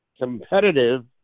competitive